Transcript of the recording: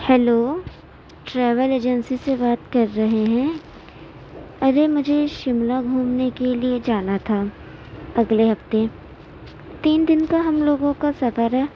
hello travel agency سے بات کر رہے ہیں ارے مجھے شملہ گھومنے کے لیے جانا تھا اگلے ہفتے تین دن کا ہم لوگوں کا سفر ہے